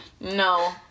No